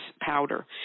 powder